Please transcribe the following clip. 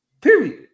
period